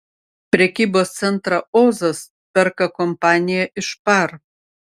prekybos centrą ozas perka kompanija iš par